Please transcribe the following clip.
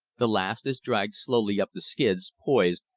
the last is dragged slowly up the skids, poised,